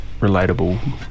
relatable